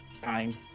time